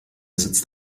sitzt